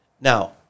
Now